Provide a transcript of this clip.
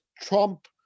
Trump